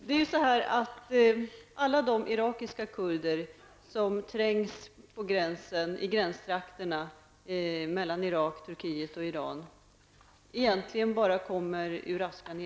Vartefter de kommunistiska regimerna i Östeuropa kollapsat har hoppet ökat om att ett mirakel skall inträffa också i Cuba.